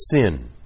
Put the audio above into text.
sin